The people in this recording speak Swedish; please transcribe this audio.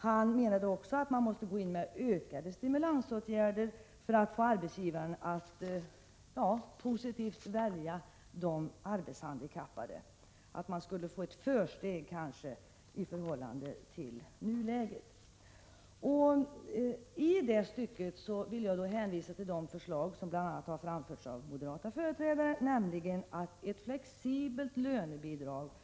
Han menade vidare att man måste öka stimulansåtgärderna för att få arbetsgivare positiva till att anställa arbetshandikappade, att de kanske skulle få ett försteg i förhållande till nuläget. I det stycket vill jag hänvisa till de förslag som bl.a. har framförts av moderata företrädare, nämligen att ett flexibelt lönebidrag införs.